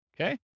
Okay